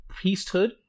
priesthood